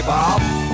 Bob